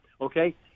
okay